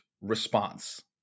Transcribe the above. response